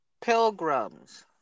pilgrims